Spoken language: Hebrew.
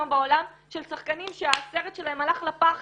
בעולם של שחקנים שהסרט שלהם הלך לפח